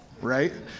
right